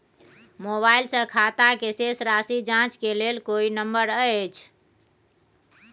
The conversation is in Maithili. मोबाइल से खाता के शेस राशि जाँच के लेल कोई नंबर अएछ?